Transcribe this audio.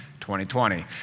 2020